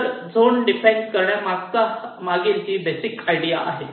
तर zone define करण्या मागील ही बेसिक आयडिया आहे